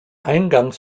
eingangs